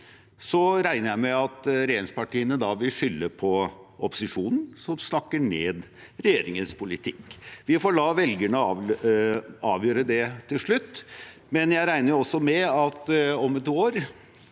regner jeg med at regjeringspartiene da vil skylde på opposisjonen, som snakker ned regjeringens politikk. Vi får la velgerne avgjøre det til slutt. Men jeg regner også med at om et år,